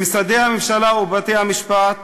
במשרדי הממשלה ובבתי-המשפט